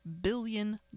billion